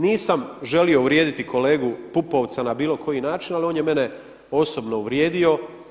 Nisam želio uvrijediti kolegu Pupovca na bilo koji način, ali on je mene osobno uvrijedio.